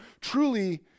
truly